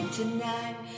tonight